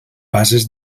bases